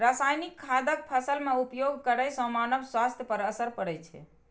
रासायनिक खादक फसल मे उपयोग करै सं मानव स्वास्थ्य पर असर पड़ै छै